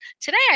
Today